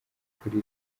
kuri